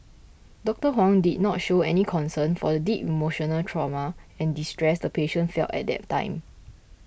Doctor Huang did not show any concern for the deep emotional trauma and distress the patient felt at that time